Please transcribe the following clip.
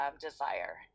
desire